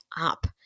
up